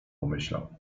pomyślał